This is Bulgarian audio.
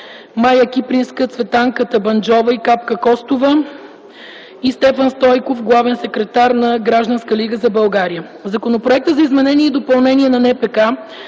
Мая Кипринска, Цветанка Табанджова и Капка Костова, и Стефан Стойков – главен секретар на Гражданска лига за България. Законопроектът за изменение и допълнение на